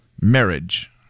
Marriage